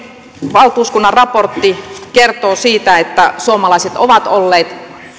valtuuskunnan raportti kertoo siitä että suomalaiset ovat olleet